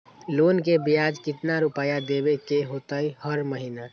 Loan के ब्याज कितना रुपैया देबे के होतइ हर महिना?